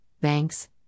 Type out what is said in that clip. banks